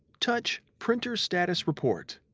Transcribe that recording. touch printer status report.